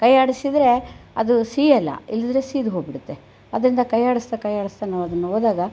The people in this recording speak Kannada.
ಕೈಯ್ಯಾಡಿಸಿದರೆ ಅದು ಸೀಯಲ್ಲ ಇಲ್ಲದಿದ್ದರೆ ಸೀದುಹೋಗ್ಬಿಡುತ್ತೆ ಅದರಿಂದ ಕೈಯ್ಯಾಡಿಸುತ್ತ ಕೈಯ್ಯಾಡಿಸುತ್ತ ನಾವದನ್ನು ಹೋದಾಗ